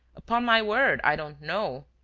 upon my word, i don't know.